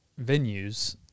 venues